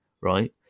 right